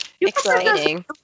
exciting